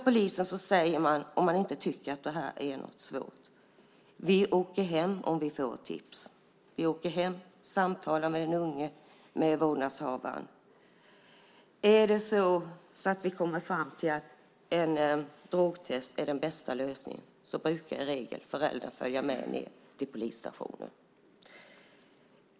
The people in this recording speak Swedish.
Polisen säger att de inte tycker att det är något svårt: Vi åker hem om vi får ett tips. Vi samtalar med den unge och vårdnadshavaren. Kommer vi fram till att ett drogtest är den bästa lösningen brukar i regel föräldrarna följa med till polisstationen.